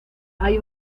hay